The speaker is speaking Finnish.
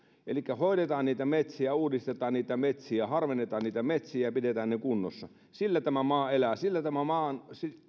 elikkä hoidetaan niitä metsiä uudistetaan niitä metsiä harvennetaan niitä metsiä ja pidetään ne kunnossa sillä tämä maa elää sillä tämän maan